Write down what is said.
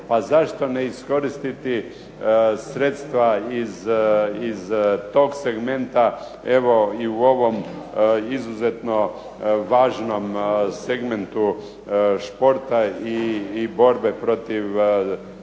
pa zašto ne iskoristiti sredstva iz tog segmenta evo i u ovom izuzetno važnom segmentu športa i borbe protiv dopinga,